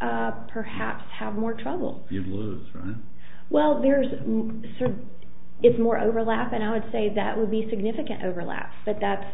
i'd perhaps have more trouble you lose well there's a certain it's more overlap and i would say that would be significant overlap but that's